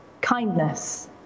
Kindness